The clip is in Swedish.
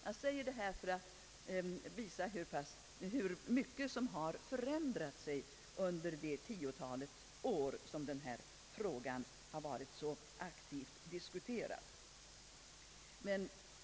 Jag säger detta för att visa hur mycket som har förändrat sig under det tiotal år som denna fråga har varit så liv ligt diskuterad.